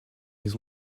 les